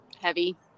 heavy